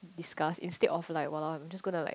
discuss instead of like !walao! I'm just gonna like